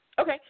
Okay